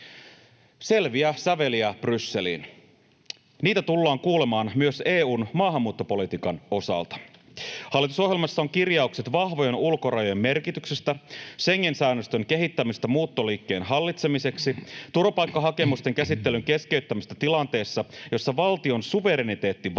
Selviä säveliä Brysseliin. Niitä tullaan kuulemaan myös EU:n maahanmuuttopolitiikan osalta. Hallitusohjelmassa on kirjaukset vahvojen ulkorajojen merkityksestä, Schengen-säännöstön kehittämisestä muuttoliikkeen hallitsemiseksi, turvapaikkahakemusten käsittelyn keskeyttämisestä tilanteessa, jossa valtion suvereniteetti vaarantuu,